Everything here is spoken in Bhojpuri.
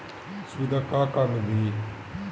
सुविधा का का मिली?